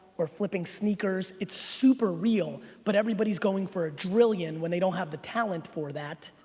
or flipping sneakers. it's super real but everybody's going for a trillion when they don't have the talent for that